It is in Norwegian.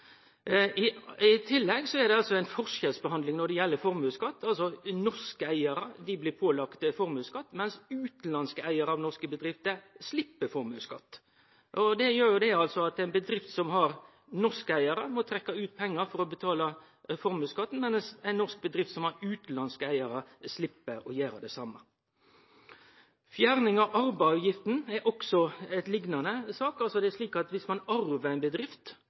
I tillegg er det ein forskjellsbehandling når det gjeld formuesskatt. Norske eigarar blir pålagt formuesskatt, medan utanlandske eigarar av norske bedrifter slepp formuesskatt. Det gjer altså at ei bedrift som har norske eigarar, må trekkje ut pengar for å betale formuesskatten, medan ei norsk bedrift som har utanlandske eigarar, slepp å gjere det same. Fjerning av arveavgifta er ei liknande sak. Viss ein arvar ei bedrift, er det ikkje slik at ein vanlegvis har pengar til å betale arveavgifta. Då må ein